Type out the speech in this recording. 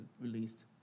released